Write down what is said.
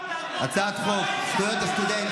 הצעת חוק זכויות הסטודנט,